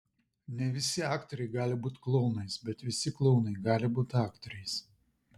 ne visi aktoriai gali būti klounais bet visi klounai gali būti aktoriais